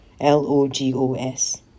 L-O-G-O-S